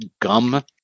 gum